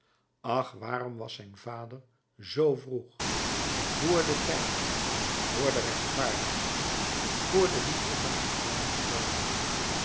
ach waarom was zijn vader zoo vroeg vr den tijd vr de rechtvaardigheid vr de liefde van zijn zoon gestorven